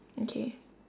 okay